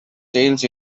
sales